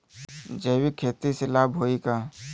जैविक खेती से लाभ होई का?